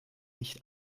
nicht